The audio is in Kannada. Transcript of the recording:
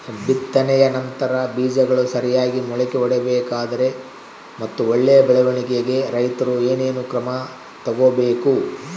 ಬಿತ್ತನೆಯ ನಂತರ ಬೇಜಗಳು ಸರಿಯಾಗಿ ಮೊಳಕೆ ಒಡಿಬೇಕಾದರೆ ಮತ್ತು ಒಳ್ಳೆಯ ಬೆಳವಣಿಗೆಗೆ ರೈತರು ಏನೇನು ಕ್ರಮ ತಗೋಬೇಕು?